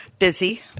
Busy